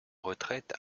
retraite